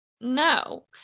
No